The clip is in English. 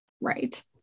right